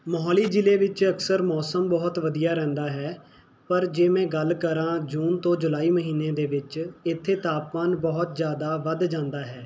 ਮੋਹਾਲੀ ਜ਼ਿਲ੍ਹੇ ਵਿੱਚ ਅਕਸਰ ਮੌਸਮ ਬਹੁਤ ਵਧੀਆ ਰਹਿੰਦਾ ਹੈ ਪਰ ਜੇ ਮੈਂ ਗੱਲ ਕਰਾਂ ਜੂਨ ਤੋਂ ਜੁਲਾਈ ਮਹੀਨੇ ਦੇ ਵਿੱਚ ਇੱਥੇ ਤਾਪਮਾਨ ਬਹੁਤ ਜ਼ਿਆਦਾ ਵੱਧ ਜਾਂਦਾ ਹੈ